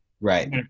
Right